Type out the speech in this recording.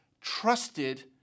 trusted